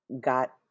got